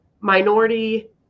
minority